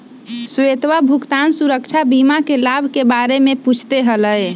श्वेतवा भुगतान सुरक्षा बीमा के लाभ के बारे में पूछते हलय